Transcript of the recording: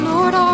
Lord